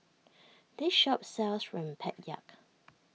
this shop sells Rempeyek